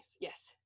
yes